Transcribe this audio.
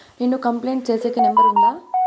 నేను కంప్లైంట్ సేసేకి నెంబర్ ఉందా?